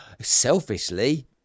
selfishly